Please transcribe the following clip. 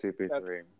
CP3